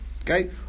Okay